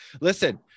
listen